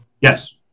Yes